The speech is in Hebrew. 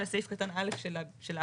אלא סעיף קטן א' של ההחלפה.